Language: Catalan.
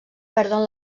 perden